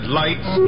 lights